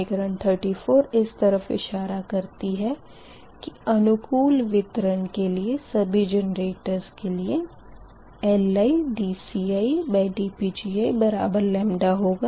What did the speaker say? समीकरण 34 इस तरफ़ इशारा करती है की अनुकूल वितरण के लिए सभी जेनरेटर्स के लिए LidCidPgiλ होगा